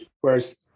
Whereas